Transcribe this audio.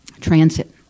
Transit